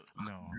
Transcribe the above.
no